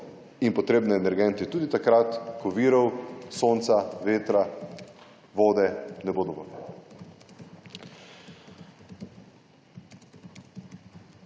in potrebne energente tudi takrat, ko virov, sonca, vetra, vode ne bo dovolj.«